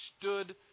stood